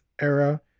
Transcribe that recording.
era